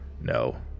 No